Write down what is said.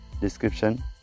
description